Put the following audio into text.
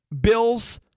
Bills –